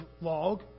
log